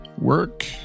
...work